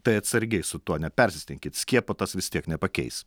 tai atsargiai su tuo nepersistenkit skiepo tas vis tiek nepakeis